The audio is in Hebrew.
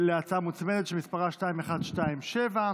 להצעה שמספרה פ/1631,